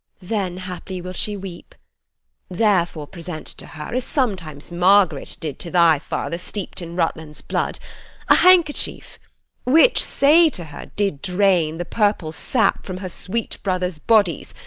then haply will she weep therefore present to her as sometimes margaret did to thy father, steep'd in rutland's blood a handkerchief which, say to her, did drain the purple sap from her sweet brothers' bodies,